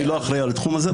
אני לא אחראי על התחום הזה,